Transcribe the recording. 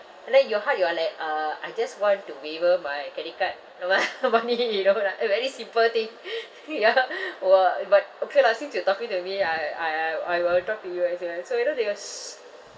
and then your heart you are like uh I just want to waiver my credit card no no money you know ah a very simple thing ya !wah! but okay lah since you're talking to me I I I I will talk to you as well so you know they were super